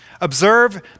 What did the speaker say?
observe